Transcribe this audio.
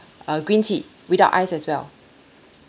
uh green tea without ice as well